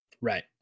Right